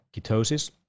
ketosis